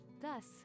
thus